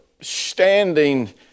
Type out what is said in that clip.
standing